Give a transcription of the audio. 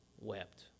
wept